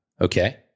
okay